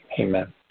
amen